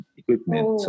equipment